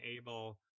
enable